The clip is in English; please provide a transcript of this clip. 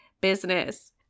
business